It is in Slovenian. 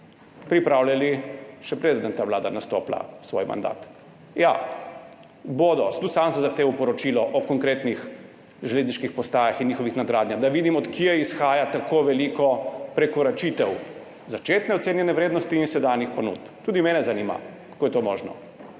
pripravljali, še preden je ta vlada nastopila svoj mandat. Ja, bodo, tudi sam sem zahteval poročilo o konkretnih železniških postajah in njihovih nadgradnjah, da vidim, od kod izhaja tako veliko prekoračitev začetne ocenjene vrednosti in sedanjih ponudb. Tudi mene zanima, kako je to možno.